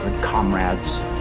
comrades